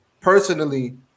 personally